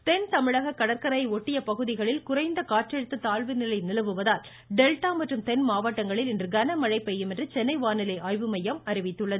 வானிலை தென்தமிழக கடற்கரையை ஒட்டிய பகுதிகளில் குறைந்த காற்றழுத்த தாழ்வு நிலை நிலவுவதால் டெல்டா மற்றும் தென்மாவட்டங்களில் இன்று கனமழை பெய்யும் என சென்னை வானிலை ஆய்வு மையம் தெரிவித்துள்ளது